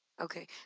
Okay